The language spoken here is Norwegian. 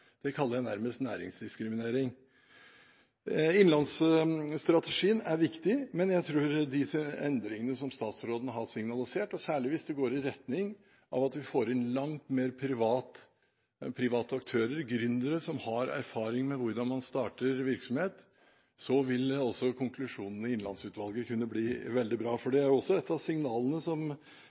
Det vil jeg nærmest kalle næringsdiskriminering. Innlandsstrategien er viktig, men jeg tror at med de endringene som statsråden har signalisert, særlig hvis det går i retning av at vi får inn langt flere private aktører og gründere som har erfaring med hvordan man starter virksomhet, vil også konklusjonene i Innlandsutvalget kunne bli veldig bra. For et av signalene man også